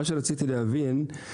מה שרציתי להבין,